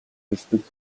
элбэг